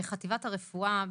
חטיבת הרפואה,